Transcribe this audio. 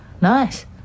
Nice